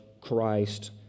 Christ